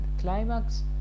climax